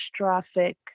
catastrophic